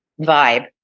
vibe